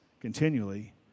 continually